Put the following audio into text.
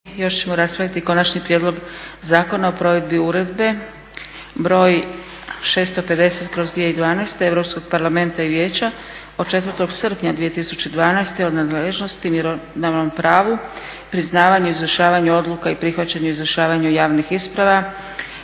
još ćemo raspraviti: - Konačni prijedlog zakona o provedbi Uredbe (EU) br. 650/2012 Europskog parlamenta i vijeća od 4. srpnja 2012. o nadležnosti, mjerodavnom pravu, priznavanju i izvršavanju odluka i prihvaćanju i izvršavanju javnih isprava